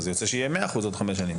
יוצא שיהיה 100% בעוד כמה שנים,